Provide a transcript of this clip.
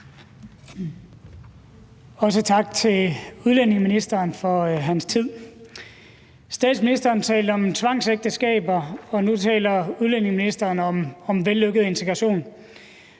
Også tak til udlændinge- og integrationsministeren for hans tid. Statsministeren talte om tvangsægteskaber, og nu taler udlændinge- og integrationsministeren om vellykket integration.